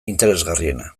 interesgarriena